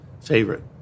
favorite